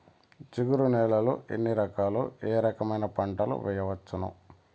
జిగురు నేలలు ఎన్ని రకాలు ఏ రకమైన పంటలు వేయవచ్చును?